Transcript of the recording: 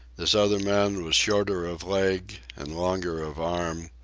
this other man was shorter of leg and longer of arm,